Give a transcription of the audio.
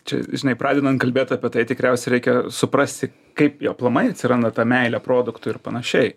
čia žinai pradedant kalbėt apie tai tikriausiai reikia suprasti kaip ji aplamai atsiranda ta meilė produktui ir panašiai